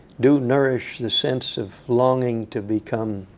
do nourish the sense of longing to become